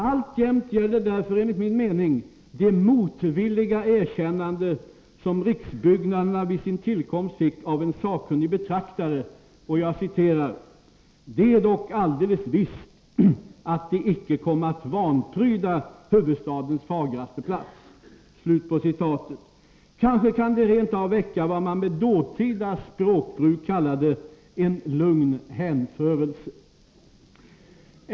Alltjämt gäller därför enligt min mening det motvilliga erkännande som riksbyggnaderna vid sin tillkomst fick av en sakkunnig betraktare: ”Det är dock alldeles visst, att de icke komma att vanpryda hufvudstadens fagraste plats.” Kanske kan de rent av väcka vad man med dåtida språkbruk kallade ”en lugn hänförelse”.